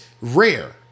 rare